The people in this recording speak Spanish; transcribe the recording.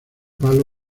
palo